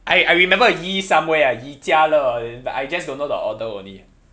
I I remember yee somewhere ah yee jia le ah but I just don't know the order only